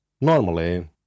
Normally